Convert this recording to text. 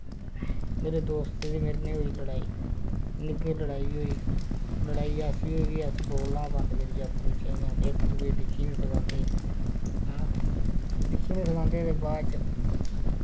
मेरे दोस्त दी मेरे नै होई लड़ाई निग्गर लड़ाई होई लड़ाई ऐसी होई के अस बोलना बंद करी गे आपू चें इयां इक दुए दिक्खी नि सखांदे हां दिक्खी नि सखांदे दे बाद च